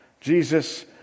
Jesus